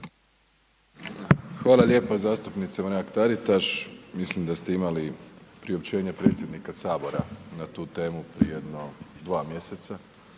Hvala lijepo zastupnice Mrak-Taritaš. Mislim da ste imali priopćenje predsjednika Sabora na tu temu prije jedno 2 mjeseca,